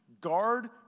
guard